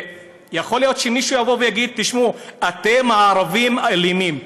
יכול להיות שמישהו יגיד: אתם, הערבים, אלימים.